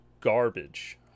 Garbage